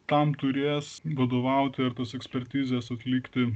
kam turės vadovauti ir tas ekspertizes atlikti